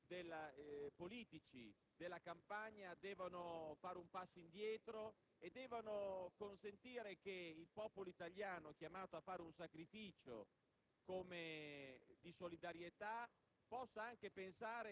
Bassolino, la sua Giunta e i responsabili politici della Campania devono fare un passo indietro e consentire che il popolo italiano, chiamato a compiere un sacrificio